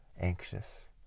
anxious